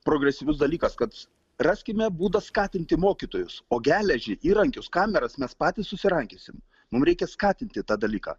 progresyvus dalykas kad raskime būdą skatinti mokytojus o geležį įrankius kameras mes patys susirankiosim mum reikia skatinti tą dalyką